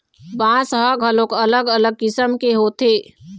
बांस ह घलोक अलग अलग किसम के होथे